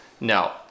No